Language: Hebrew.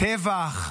טבח,